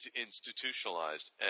institutionalized